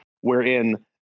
wherein